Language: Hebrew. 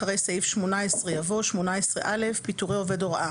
אחרי סעיף 18 יבוא: "פיטורי עובד הוראה